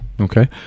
okay